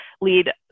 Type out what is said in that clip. lead